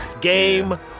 game